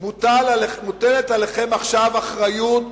מוטלת עליכם עכשיו אחריות,